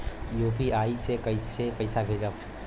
UPI से कईसे पैसा भेजब?